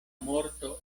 morto